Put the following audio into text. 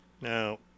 Now